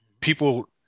people